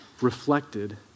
reflected